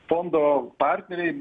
fondo partneriai